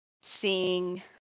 seeing